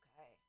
Okay